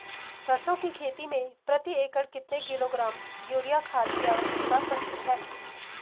सरसों की खेती में प्रति एकड़ कितने किलोग्राम यूरिया खाद की आवश्यकता पड़ती है?